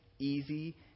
easy